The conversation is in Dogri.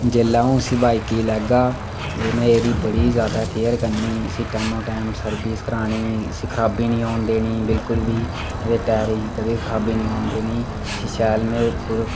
जेल्लै अं'ऊ इसी बाईक गी लेगा ते में एह्दी बड़ी जादा केयर करनी इसी टैमों टैम सर्विस करानी इसी खराबी निं होन देनी बिल्कुल बी एह्दे टायरें गी खराबी निं होन देनी इसी शैल में पूरे